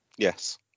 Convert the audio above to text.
Yes